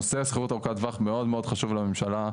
נושא השכירות ארוכת הטווח מאוד מאוד חשוב לממשלה,